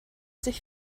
sich